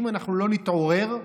אם אנחנו לא נתעורר,